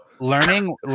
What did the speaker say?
Learning